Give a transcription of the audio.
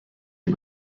die